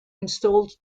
installed